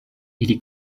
ili